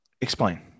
explain